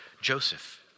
Joseph